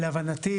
להבנתי,